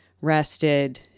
rested